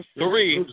three